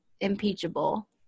impeachable